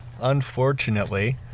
Unfortunately